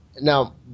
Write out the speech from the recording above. now